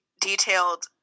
detailed